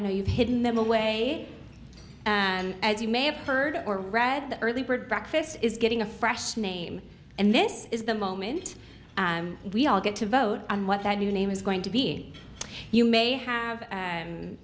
know you've hidden them away and you may have heard or read the early bird breakfast is getting a fresh name and this is the moment and we all get to vote on what that new name is going to be you may have